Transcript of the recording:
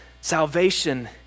Salvation